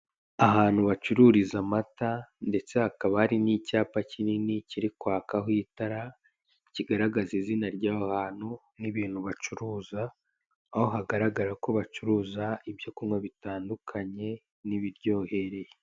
Ahantu bacururiza amata ndetse hakaba hari n'icyapa kinini kiri kwakaho itara kigaragaza izina ry'aho hantu n'ibintu bacuruza aho hagaragara ko bacuruza ibyo kunywa bitandukanye n'ibiryohereye.